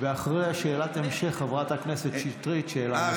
אחרי שאלת ההמשך, חברת הכנסת שטרית, שאלה נוספת.